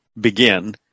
begin